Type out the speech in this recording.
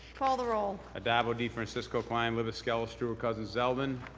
call the roll. addabbo, defrancisco, klein, libous, skelos, stewart-cousins, zeldin.